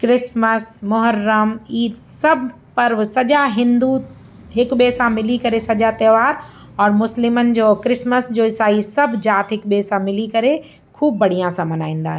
Christmas Muharram Eid सभु पर्व सॼा हिंदू हिक ॿिए सां मिली करे सॼा त्योहार और मुस्लिमनि जो क्रिसमस जो ईसाई सभु ज़ाति हिक ॿिए सां मिली करे ख़ूब बढ़िया सां मल्हाईंदा